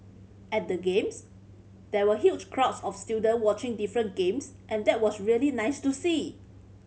at the Games there were huge crowds of student watching different games and that was really nice to see